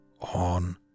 on